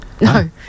no